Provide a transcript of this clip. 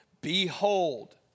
Behold